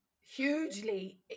hugely